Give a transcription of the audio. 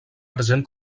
present